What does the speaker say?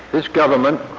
this government,